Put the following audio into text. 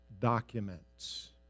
documents